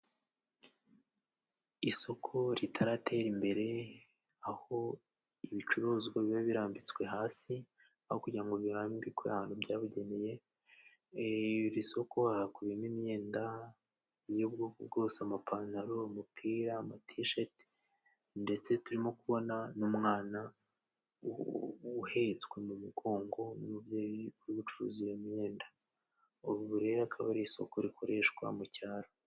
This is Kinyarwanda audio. Isoko ritaratera imbere aho ibicuruzwa biba birambitswe hasi, aho kugira ngo birambikwe ahantu byabugeneye. Iri soko hakubiyemo imyenda y'ubwoko bwose amapantaro, imipira, amatisheti ndetse turimo kubona n'umwana uhetswe mu mugongo n'umubyeyi uri gucuruza iyo myenda. Ubu rero akaba ari isoko rikoreshwa mu cyaro.